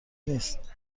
نیست